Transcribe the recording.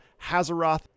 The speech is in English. Hazaroth